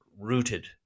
rooted